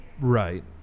Right